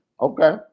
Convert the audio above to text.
Okay